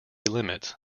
limits